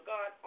God